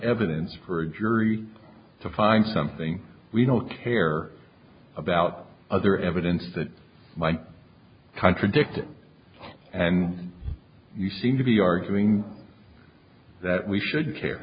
evidence for a jury to find something we don't care about other evidence that might contradict it and you seem to be arguing that we should care